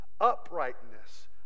uprightness